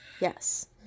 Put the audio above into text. Yes